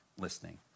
listening